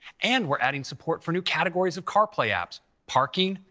and we're adding support for new categories of carplay apps parking,